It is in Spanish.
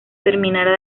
terminara